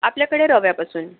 आपल्याकडे रव्यापासून